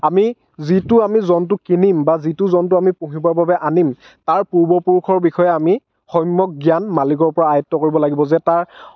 আমি যিটো আমি জন্তু কিনিম বা যিটো জন্তু আমি পুহিবৰ বাবে আনিম তাৰ পূৰ্বপুৰুষৰ বিষয়ে আমি সম্যক জ্ঞান মালিকৰ পৰা আয়ত্ব কৰিব লাগিব যে তাৰ